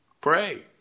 Pray